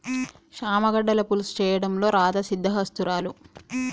చామ గడ్డల పులుసు చేయడంలో రాధా సిద్దహస్తురాలు